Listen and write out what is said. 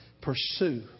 Pursue